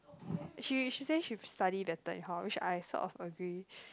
she she say she study better in hall which I sort of agree